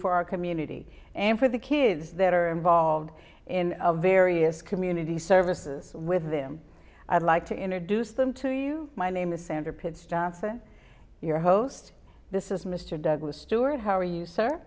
for our community and for the kids that are involved in the various community services with them i'd like to introduce them to you my name is sandra pitts johnson your host this is mr douglas stewart how are you sir